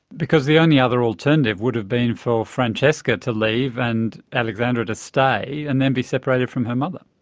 because the only other alternative would have been for francesca to leave and alexandra to stay and then be separated from her mother.